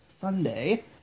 Sunday